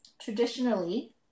Traditionally